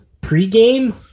pregame